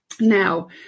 Now